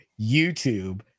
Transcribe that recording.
YouTube